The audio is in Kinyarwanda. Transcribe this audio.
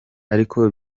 ariko